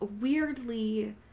weirdly